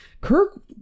Kirk